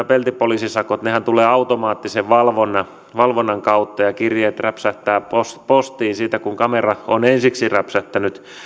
peltipoliisisakothan tietysti tulevat automaattisen valvonnan valvonnan kautta ja kirjeet räpsähtävät postiin postiin siitä kun kamera on ensiksi räpsähtänyt